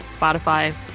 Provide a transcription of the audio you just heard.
Spotify